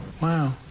wow